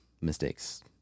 mistakes